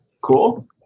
cool